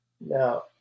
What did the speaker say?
Now